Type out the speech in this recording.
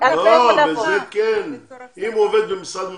אם הוא עובד במשרד ממשלתי,